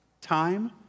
time